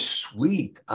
sweet